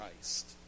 Christ